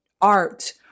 art